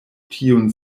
tiun